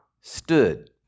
stood